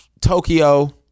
Tokyo